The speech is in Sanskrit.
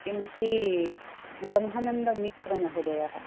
किम् अस्ति ब्रह्मानन्दमिश्रमहोदयः